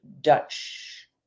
Dutch